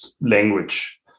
language